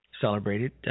celebrated